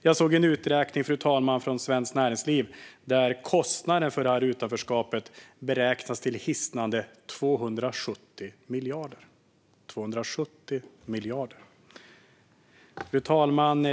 Jag såg en uträkning från Svenskt Näringsliv där kostnaden för det här utanförskapet beräknades till hisnande 270 miljarder. Fru talman!